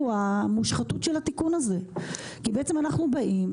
במושחתות של התיקון הזה כי בעצם אנחנו באים